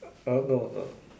!huh! no no